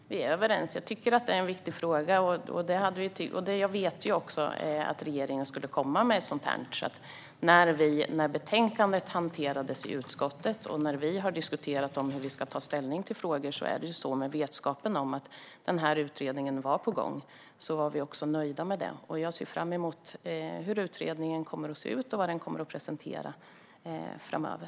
Herr talman! Vi är överens. Jag tycker som sagt att det är en viktig fråga. Jag visste ju att regeringen skulle komma med en utredning, så när betänkandet hanterades i utskottet och när vi diskuterade hur vi skulle ta ställning i frågorna gjorde vi det med vetskapen om att en utredning var på gång. Det var vi nöjda med. Jag ser fram emot utredningen och vad den kommer att presentera framöver.